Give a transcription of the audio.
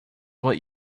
what